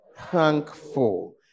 Thankful